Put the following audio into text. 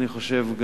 אני חושב,